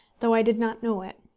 though i did not know it.